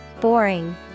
Boring